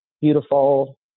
beautiful